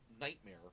nightmare